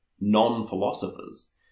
non-philosophers